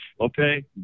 okay